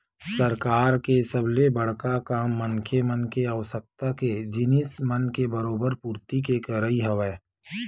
सरकार के सबले बड़का काम मनखे मन के आवश्यकता के जिनिस मन के बरोबर पूरति के करई हवय